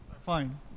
Fine